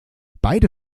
beide